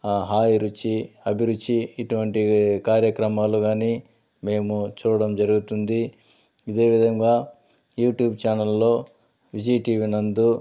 hi రుచి అభిరుచి ఇటువంటి కార్యక్రమాలు కానీ మేము చూడడం జరుగుతుంది ఇదే విధంగా యూట్యూబ్ ఛానెల్లో విజయ్ టీవీ నందు